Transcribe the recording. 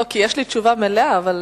לא, כי יש לי תשובה מלאה, אבל,